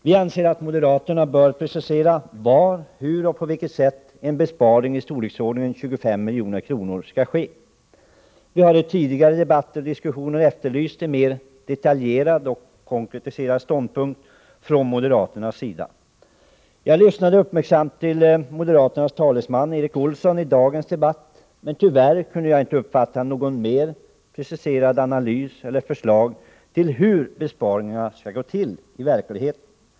Vi anser att moderaterna bör precisera var, hur och på vilket sätt en besparing i storleksordningen 25 milj.kr. skall ske. Vi har i tidigare debatter och diskussioner efterlyst en mer detaljerad och konkretiserad ståndpunkt från moderaternas sida. Jag lyssnade uppmärksamt till Erik Olsson, moderaternas talesman i dagens debatt, men tyvärr kunde jag inte uppfatta någon mer preciserad analys eller något förslag till hur besparingarna skall gå till i verkligheten.